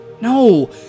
No